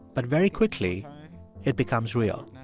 but very quickly it becomes real.